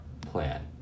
plan